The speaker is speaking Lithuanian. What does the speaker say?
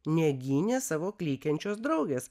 negynė savo klykiančios draugės